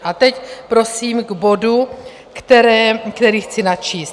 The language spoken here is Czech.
A teď prosím k bodu, který chci načíst.